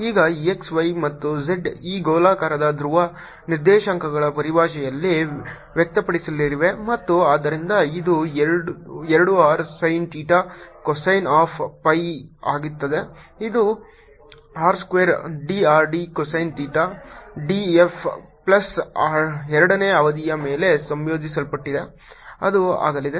ಈಗ x y ಮತ್ತು z ಈ ಗೋಳಾಕಾರದ ಧ್ರುವ ನಿರ್ದೇಶಾಂಕಗಳ ಪರಿಭಾಷೆಯಲ್ಲಿ ವ್ಯಕ್ತಪಡಿಸಲಿವೆ ಮತ್ತು ಆದ್ದರಿಂದ ಇದು 2 r sin theta cosine of phi ಆಗುತ್ತದೆ ಇದು r square d r d cosine theta d phi plus ಎರಡನೇ ಅವಧಿಯ ಮೇಲೆ ಸಂಯೋಜಿಸಲ್ಪಟ್ಟಿದೆ ಅದು ಆಗಲಿದೆ